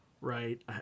right